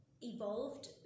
evolved